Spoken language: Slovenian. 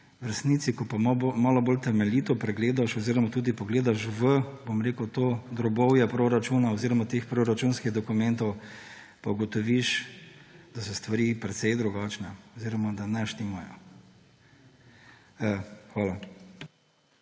za ljudi, ko malo bolj temeljito pregledaš oziroma pogledaš v drobovje proračuna oziroma teh proračunskih dokumentov, pa ugotoviš, da so v resnici stvari precej drugačne oziroma da ne štimajo. Hvala.